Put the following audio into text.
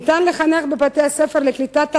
ניתן לחנך בבתי-הספר לקליטת עלייה,